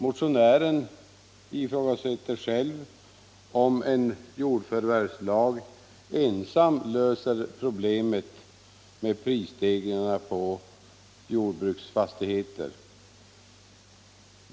Motionären ifrågasätter själv om man med enbart en jordförvärvslag löser problemet med prisstegringarna på jordbruksfastigheter.